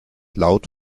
laut